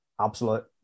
absolute